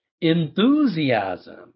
enthusiasm